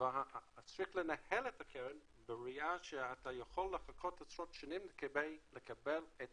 אז צריך לנהל את הקרן בראייה שאתה יכול לחכות עשרות שנים כדי לקבל את